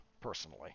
personally